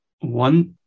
one